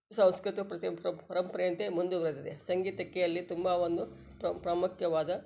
ಸಾಂಸ್ಕೃತಿಕ ಪ್ರತಿ ಪರ ಪರಂಪರೆಯಂತೆ ಮುಂದುವರೆದಿದೆ ಸಂಗೀತಕ್ಕೆ ಅಲ್ಲಿ ತುಂಬ ಒಂದು ಪ್ರಾಮುಖ್ಯವಾದ